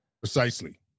Precisely